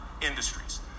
industries